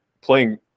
playing